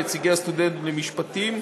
נציגי הסטודנטים למשפטים,